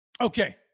Okay